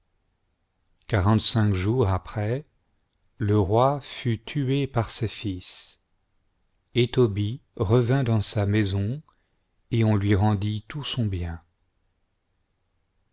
cinq jours après le roi fut tué par ses fils et tobie rexint dans sa naison ot on lui rendit tout son bien